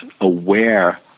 aware